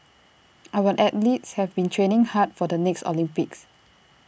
our athletes have been training hard for the next Olympics